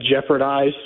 jeopardize